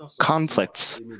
conflicts